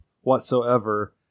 whatsoever